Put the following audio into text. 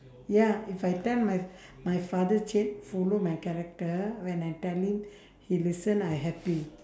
ya if I tell my my father change follow my character when I tell him he listen I happy